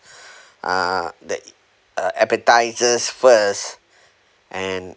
uh that uh appetisers first and